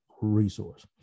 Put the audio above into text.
resource